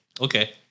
Okay